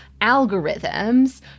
algorithms